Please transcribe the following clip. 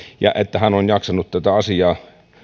ja siitä että hän on jaksanut tätä asiaa